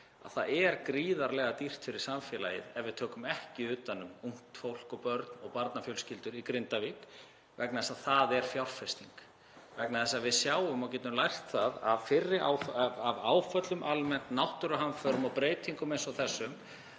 að það er gríðarlega dýrt fyrir samfélagið ef við tökum ekki utan um ungt fólk og börn og barnafjölskyldur í Grindavík vegna þess að það er fjárfesting, vegna þess að við sjáum og getum lært það af áföllum almennt, náttúruhamförum og breytingum eins og þessum,